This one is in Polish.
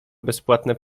bezpłatne